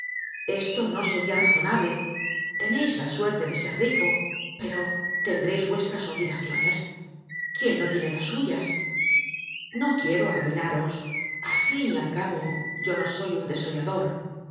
esto no seria razonable teneis la suerte de ser rico pero tendreis vuestras obligaciones quién no tiene las suyas no quiero arruinaros al fin y al cabo yo no soy un desollador